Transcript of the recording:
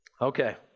Okay